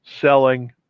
selling